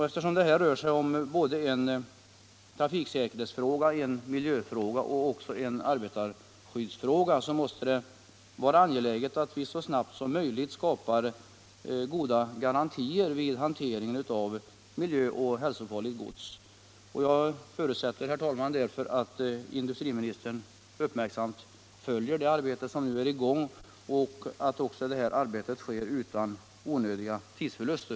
Eftersom det här rör sig om både en trafiksäkerhetsfråga och en miljöfråga och även en arbetarskyddsfråga måste det vara angeläget att vi så snabbt som möjligt skapar goda garantier vid hantering av miljöoch hälsofarligt gods. Jag förutsätter därför att industriministern uppmärksamt följer det arbete som nu är i gång och att arbetet sker utan onödiga tidsförluster.